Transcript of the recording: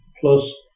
plus